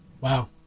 Wow